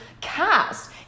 cast